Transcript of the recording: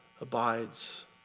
abides